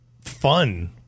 fun